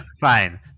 fine